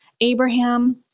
Abraham